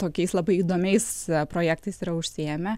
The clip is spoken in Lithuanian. tokiais labai įdomiais projektais yra užsiėmę